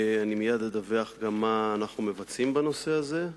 אני מייד גם אדווח מה אנחנו מבצעים בנושא הזה,